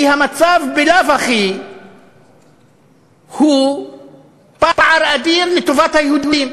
כי המצב בלאו הכי הוא פער אדיר לטובת היהודים,